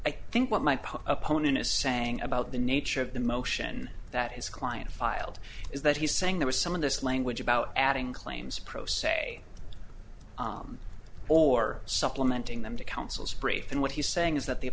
i think what might be opponent is saying about the nature of the motion that his client filed is that he's saying there is some of this language about adding claims pro se or supplementing them to councils and what he's saying is that the